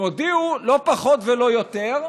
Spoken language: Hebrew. הם הודיעו, לא פחות ולא יותר,